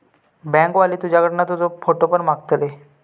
bank वाले तुझ्याकडना तुजो फोटो पण मागतले